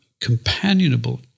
companionable